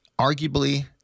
arguably